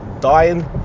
dying